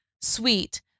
sweet